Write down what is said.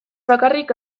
bakarrik